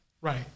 Right